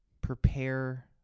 prepare